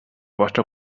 vostra